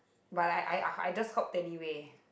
but I I I just helped anyway